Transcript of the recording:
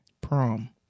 Prom